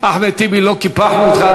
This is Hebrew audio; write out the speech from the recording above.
אחמד טיבי, לא קיפחנו אותך.